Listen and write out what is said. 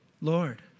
Lord